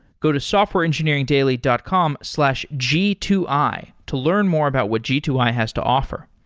go to softwareengineeringdaily dot com slash g two i to learn more about what g two i has to offer.